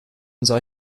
unser